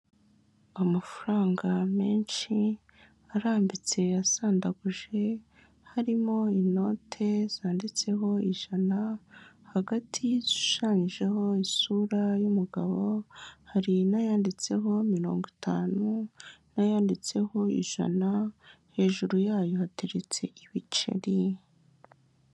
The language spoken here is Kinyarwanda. Amafaranga menshi arambitse asandaguje harimo inote zanditseho ijana hagati zishushanyijeho isura y'umugabo hari n'ayanditseho mirongo itanu n'ayanditseho ijana hejuru yayo hateretse ibiceri.